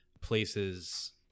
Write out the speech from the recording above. places